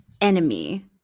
enemy